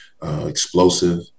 Explosive